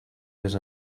més